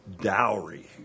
dowry